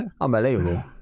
unbelievable